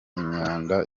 imyanda